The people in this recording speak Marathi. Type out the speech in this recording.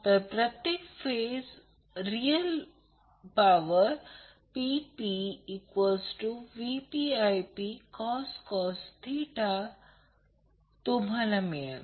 तर प्रत्येक फेज रियल पॉवर PpVpIpcos तुम्हाला मिळेल